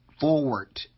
forward